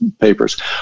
papers